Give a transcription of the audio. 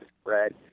spread